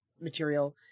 material